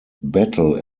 battle